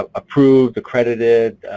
ah approved accredited